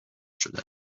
شده